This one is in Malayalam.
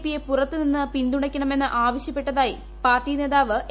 പിയെ പുറത്ത് നിന്ന് പിന്തുണക്കണമെന്ന് ആവശ്യപ്പെട്ടതായി പാർട്ടി നേതാവ് ജി